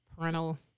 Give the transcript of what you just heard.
parental